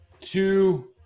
two